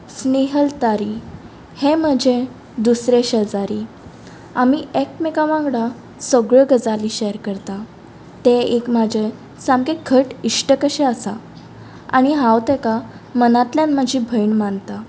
स्नेहल तारी हें म्हजें दुसरें शेजारी आमी एकमेका वांगडा सगळ्यो गजाली शॅर करता तें एक म्हाजें सामकें घट इश्ट कशें आसा आणी हांव तेका मनांतल्यान म्हाजी भयण मानता